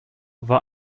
war